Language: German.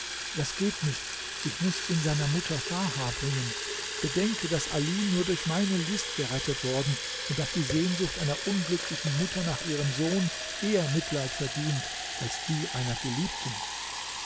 das geht nicht ich muß ihn seiner mutter farha bringen bedenke daß ali nur durch meine list gerettet worden und daß die sehnsucht einer unglücklichen mutter nach ihrem sohn eher mitleid verdient als die einer geliebten